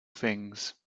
things